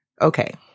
Okay